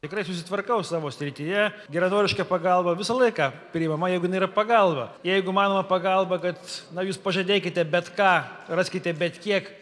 tikrai susitvarkau savo srityje geranoriška pagalba visą laiką priimama jeigu jinai yra pagalba jeigu manoma pagalba kad na jūs pažadėkite bet ką raskite bet kiek